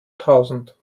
tausend